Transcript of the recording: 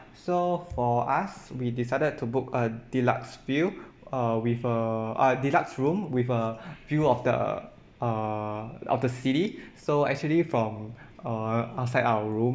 so for us we decided to book a deluxe view uh with a uh deluxe room with a view of the err of the city so actually from uh outside our room